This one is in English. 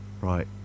Right